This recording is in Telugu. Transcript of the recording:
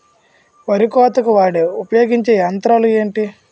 వరి కోతకు వాడే ఉపయోగించే యంత్రాలు ఏంటి?